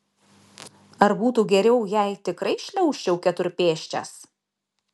ar būtų geriau jei tikrai šliaužčiau keturpėsčias